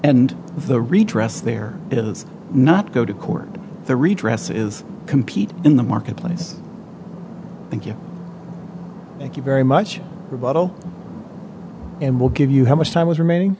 redress there is not go to court the redress is compete in the marketplace thank you thank you very much rebuttal and we'll give you how much time was remaining